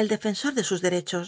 el lefensor de sus derechos